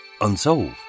unsolved